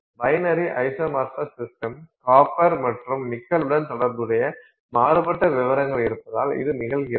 binary isomorphous system copper மற்றும் நிக்கலுடன் தொடர்புடைய மாறுபட்ட விவரங்கள் இருப்பதால் இது நிகழ்கிறது